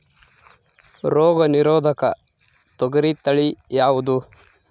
ರೋಗ ನಿರೋಧಕ ತೊಗರಿ ತಳಿ ಯಾವುದು?